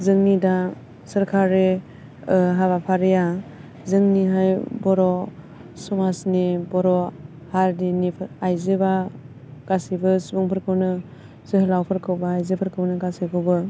जोंनि दा सरकारि हाबाफारिया जोंनिहाय बर' समाजनि बर' हारिनि आइजोबा गासैबो सुबुंफोरखौनो जोहोलावफोरखौबो आइजोफोरखौनो गासैखौबो